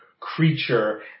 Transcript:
Creature